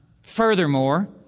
Furthermore